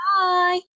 Bye